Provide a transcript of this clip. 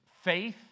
faith